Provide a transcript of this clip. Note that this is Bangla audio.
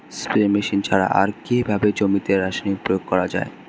স্প্রে মেশিন ছাড়া আর কিভাবে জমিতে রাসায়নিক প্রয়োগ করা যায়?